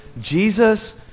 Jesus